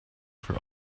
for